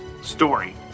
Story